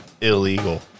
Illegal